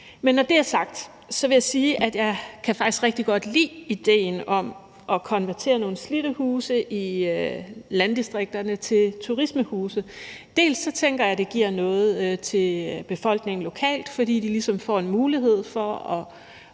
når det er sagt, vil jeg sige, at jeg faktisk godt kan lide idéen om at konvertere nogle slidte huse i landdistrikterne til turismehuse. Jeg tænker, at det giver noget til befolkningen lokalt, fordi de ligesom får en mulighed for at